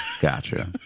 Gotcha